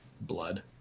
blood